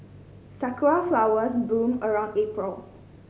sakura flowers bloom around April